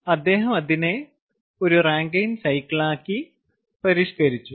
അതിനാൽ അദ്ദേഹം അതിനെ ഒരു റാങ്കിൻ സൈക്കിളായി പരിഷ്കരിച്ചു